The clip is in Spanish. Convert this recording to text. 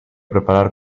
preparar